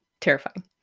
terrifying